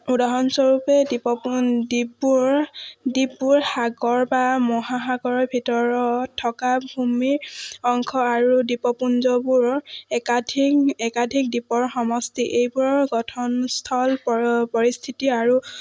উদাহৰণস্বৰূপে দ্বীপপুঞ্জ দ্বীপবোৰ দ্বীপবোৰ সাগৰ বা মহাসাগৰৰ ভিতৰত থকা ভূমি অংশ আৰু দ্বীপপুঞ্জবোৰ একাধিক একাধিক দ্বীপৰ সমষ্টি এইবোৰৰ গঠনস্থল পৰিস্থিতি আৰু